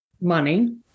money